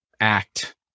act